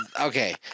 okay